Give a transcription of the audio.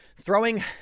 throwing